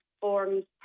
forms